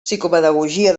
psicopedagogia